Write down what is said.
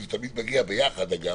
זה תמיד מגיע ביחד אגב,